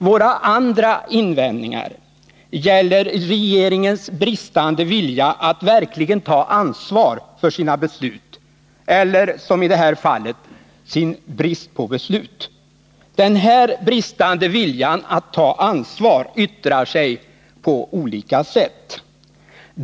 Våra andra invändningar gäller regeringens bristande vilja att verkligen ta ansvar för sina beslut eller — som i det här fallet — sin brist på beslut. Den här bristande viljan att ta ansvar yttrar sig på olika sätt.